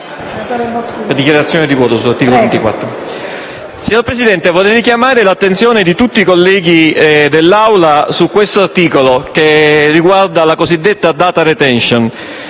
Signora Presidente, vorrei richiamare l'attenzione di tutti i colleghi dell'Aula su questo articolo, che riguarda la cosiddetta *data retention*.